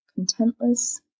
contentless